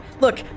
Look